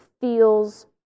feels